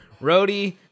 Roadie